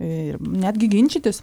ir netgi ginčytis